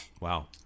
Wow